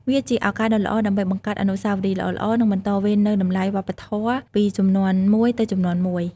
វាជាឱកាសដ៏ល្អដើម្បីបង្កើតអនុស្សាវរីយ៍ល្អៗ និងបន្តវេននូវតម្លៃវប្បធម៌ពីជំនាន់មួយទៅជំនាន់មួយ ។